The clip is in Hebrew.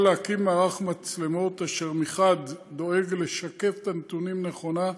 להקים מערך מצלמות אשר מחד גיסא דואג לשקף את הנתונים נכונה,